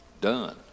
done